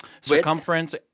Circumference